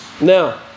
Now